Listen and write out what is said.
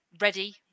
ready